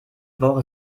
woche